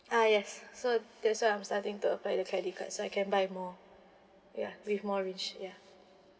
uh yes so that's why I'm starting to apply the credit card so I can buy more ya with more reach ya